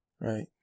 right